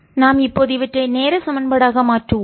நாம் இப்போது இவற்றை நேர சமன்பாடாக மாற்றுவோம்